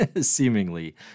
seemingly